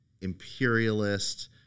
imperialist